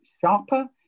sharper